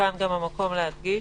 וכאן גם המקום להדגיש